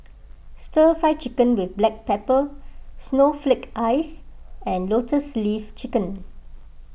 Stir Fry Chicken with Black Pepper Snowflake Ice and Lotus Leaf Chicken